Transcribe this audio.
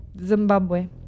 Zimbabwe